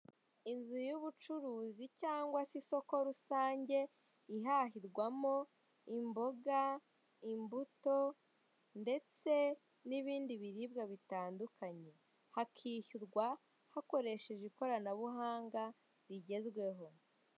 Inzu y'ubucuruzi cyangwa se isoko rusange ihahirwamo imboga, imbuto ndetse n'ibindi biribwa bitandukanye. Hakishyurwa hakoresheje ikoranabuhanga rigezweho.